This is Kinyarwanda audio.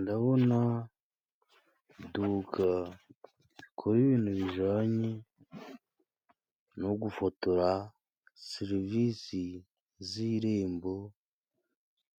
Ndabona iduka rikora ibintu bijanye no gufotora, serivisi z irembo,